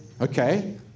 Okay